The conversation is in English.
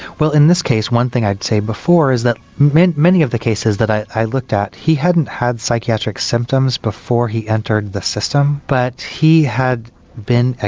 well in this case one thing i'd say before is that many many of the cases that i looked at he hadn't had psychiatric symptoms before he entered the system but he had been, ah